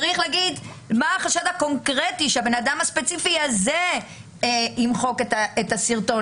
צריך להגיד מה החשד הקונקרטי שבן האדם הספציפי הזה ימחק את הסרטון.